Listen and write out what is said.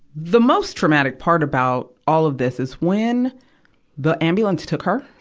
the most traumatic part about all of this is when the ambulance took her,